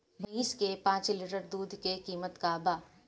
भईस के पांच लीटर दुध के कीमत का बा?